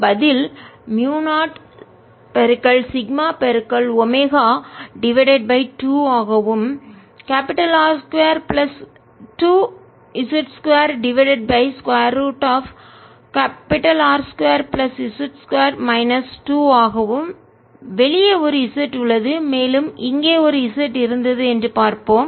எனவே பதில் mu 0 sigma omega divided by 2 ஆகவும் R 2 plus 2 z 2 divided by square root of R 2 plus z 2 minus 2 ஆகவும் வெளியே ஒரு z உள்ளது மேலும் இங்கே ஒரு z இருந்தது என்று பார்ப்போம்